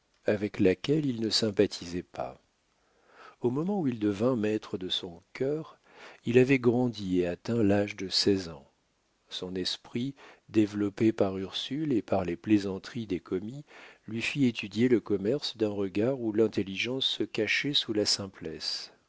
avec laquelle il ne sympathisait pas au moment où il devint maître de son cœur il avait grandi et atteint l'âge de seize ans son esprit développé par ursule et par les plaisanteries des commis lui fit étudier le commerce d'un regard où l'intelligence se cachait sous la